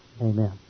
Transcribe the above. Amen